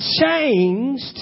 changed